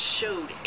showed